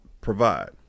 Provide